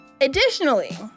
Additionally